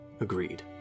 Agreed